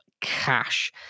cash